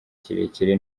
kirekire